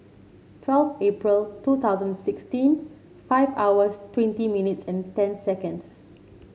twelve April two thousand sixteen five hours twenty minutes and ten seconds